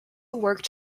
worked